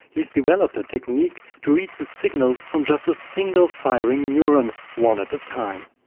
he's developed a technique to read the signals from just a single firing neuron, one at a time.